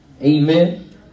Amen